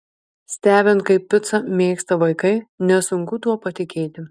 stebint kaip picą mėgsta vaikai nesunku tuo patikėti